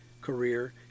career